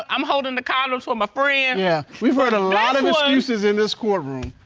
i'm holding the condoms for my friend. yeah, we've heard a lot of excuses in this courtroom.